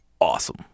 awesome